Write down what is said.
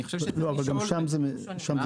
לא, אבל גם שם זה ממונה.